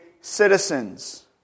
citizens